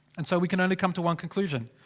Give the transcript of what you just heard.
and so we can only come to one conclusion,